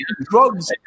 drugs